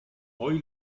hoy